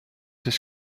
his